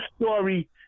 story